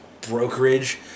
brokerage